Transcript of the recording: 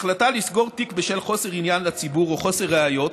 החלטה לסגור תיק בשל חוסר עניין לציבור או חוסר ראיות